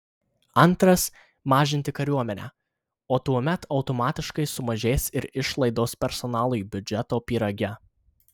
antras mažinti kariuomenę o tuomet automatiškai sumažės ir išlaidos personalui biudžeto pyrage